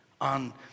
on